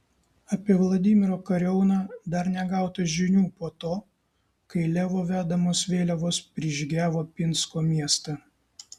apie vladimiro kariauną dar negauta žinių po to kai levo vedamos vėliavos prižygiavo pinsko miestą